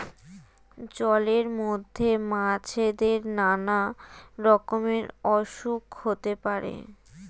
জলের মধ্যে মাছেদের নানা রকমের অসুখ হতে পারে